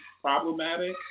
problematic